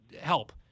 Help